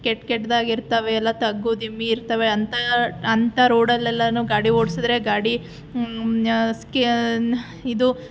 ಕೆಟ್ಟ ಕೆಟ್ದಾಗಿ ಇರ್ತವೆ ಎಲ್ಲ ತಗ್ಗು ದಿಮ್ಮಿ ಇರ್ತವೆ ಅಂತ ಅಂತ ರೋಡಲ್ಲೆಲ್ಲ ಗಾಡಿ ಓಡ್ಸಿದ್ರೆ ಗಾಡಿ ಸ್ಕಿನ್ ಇದು